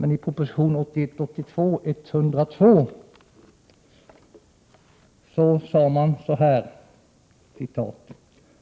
I prop. 1981/ 82:102 sade man så här: